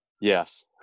yes